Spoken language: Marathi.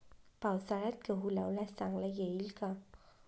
पावसाळ्यात गहू लावल्यास चांगला येईल का?